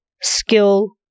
skill